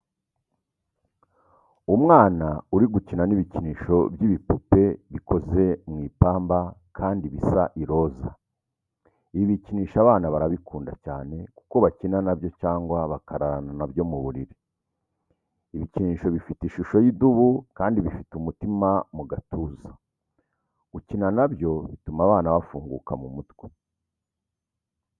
Umwana uri gukina n'ibikinisho by'ibipupe bikoze mu ipamba kandi bisa iroza, ibi bikinisho abana barabikunda cyane kuko bakina na byo cyangwa bakararana na byo mu buriri. Ibikinisho bifite ishusho y'idubu kandi bifite umutima mu gatuza, gukina na byo bituma abana bafunguka mu mutwe.